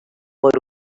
por